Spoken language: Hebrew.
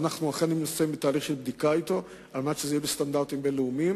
ואנחנו אכן בתהליך של בדיקה אתו כדי שזה יהיה בסטנדרטים בין-לאומיים.